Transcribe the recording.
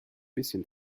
bisschen